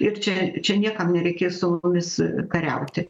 ir čia čia niekam nereikės su mumis kariauti